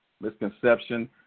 Misconception